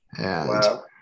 Wow